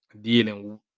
dealing